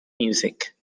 music